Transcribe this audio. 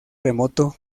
remoto